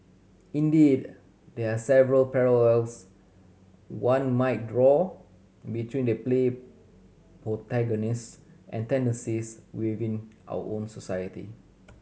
indeed there are several parallels one might draw between the play protagonist and tendencies within our own society